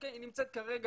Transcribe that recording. היא נמצאת כרגע,